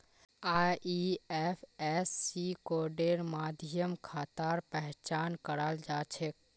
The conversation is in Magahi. आई.एफ.एस.सी कोडेर माध्यम खातार पहचान कराल जा छेक